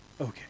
Okay